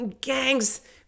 gangs